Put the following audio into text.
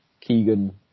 Keegan